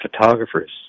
photographers